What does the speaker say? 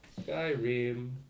Skyrim